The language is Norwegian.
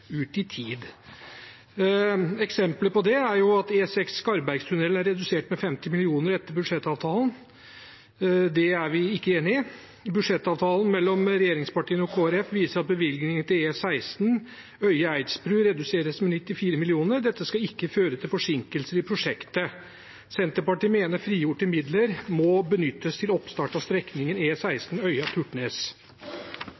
ut i tid. Eksempelet på det er at prosjektet E69 Skarvbergtunnelen er redusert med 50 mill. kr etter budsjettavtalen. Det er vi ikke enig i. Budsjettavtalen mellom regjeringspartiene og Kristelig Folkeparti viser at bevilgninger til E16 Øye–Eidsbru reduseres med 94 mill. kr. Dette skal ikke føre til forsinkelser i prosjektet. Senterpartiet mener frigjorte midler må benyttes til oppstart av strekningen